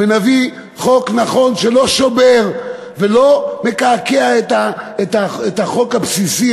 ונביא חוק נכון שלא שובר ולא מקעקע את החוק הבסיסי,